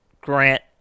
Grant